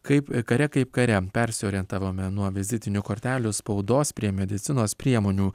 kaip kare kaip kare persiorientavome nuo vizitinių kortelių spaudos prie medicinos priemonių